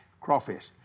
crawfish